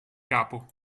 capo